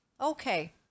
Okay